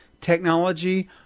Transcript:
technology